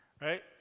Right